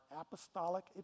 apostolic